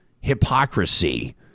hypocrisy